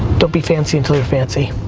don't be fancy until you're fancy.